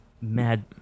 Mad